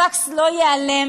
הפקס לא ייעלם,